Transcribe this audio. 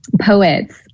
poets